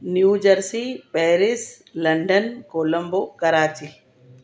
new jersey Paris London Colombo Karachi